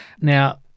Now